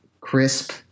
crisp